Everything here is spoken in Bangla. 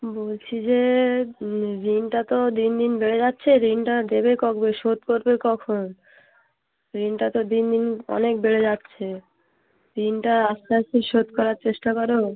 বলছি যে ঋণটা তো দিন দিন বেড়ে যাচ্ছে ঋণটা দেবে কবে শোধ করবে কখন ঋণটা তো দিন দিন অনেক বেড়ে যাচ্ছে ঋণটা আস্তে আস্তে শোধ করার চেষ্টা করো